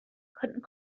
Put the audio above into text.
couldn’t